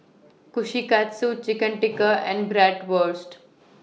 Kushikatsu Chicken Tikka and Bratwurst